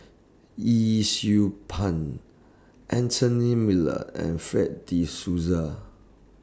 Yee Siew Pun Anthony Miller and Fred De Souza